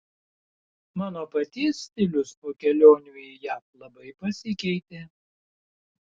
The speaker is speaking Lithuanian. mano paties stilius po kelionių į jav labai pasikeitė